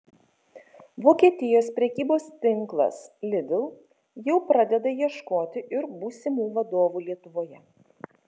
vokietijos prekybos tinklas lidl jau pradeda ieškoti ir būsimų vadovų lietuvoje